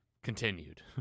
continued